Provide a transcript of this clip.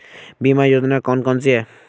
बीमा योजना कौन कौनसी हैं?